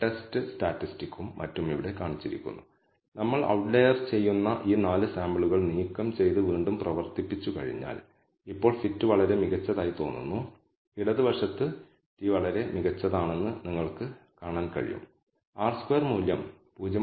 അതിനാൽ സ്റ്റാറ്റിസ്റ്റിക്സിന്റെ ഉയർന്ന മൂല്യം ഈ എഫ് സ്റ്റാറ്റിസ്റ്റിക്സിന് നൾ ഹൈപോതെസിനെ നിരസിക്കും അല്ലെങ്കിൽ p യുടെ കുറഞ്ഞ മൂല്യം സൂചിപ്പിക്കുന്നത് വളരെ കുറഞ്ഞ സിഗ്നിഫിക്കൻസ് ലെവലിൽ പോലും നിങ്ങൾ നൾ ഹൈപോതെസിസ് നിരസിക്കുമെന്ന് സൂചിപ്പിക്കുന്നു